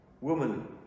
Woman